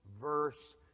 verse